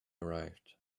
arrived